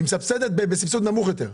היא מסבסדת בסבסוד נמוך יותר.